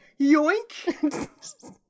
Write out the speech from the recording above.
yoink